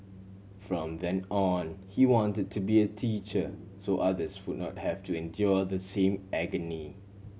from then on he wanted to be a teacher so others would not have to endure the same agony